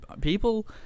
People